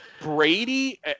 Brady